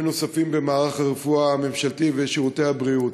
נוספים במערך הרפואה הממשלתי ושירותי הבריאות.